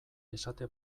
esate